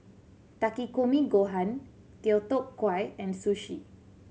Takikomi Gohan Deodeok Gui and Sushi